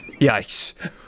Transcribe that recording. Yikes